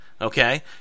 okay